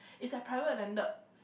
it's a private landed